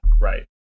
right